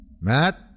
Matt